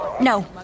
No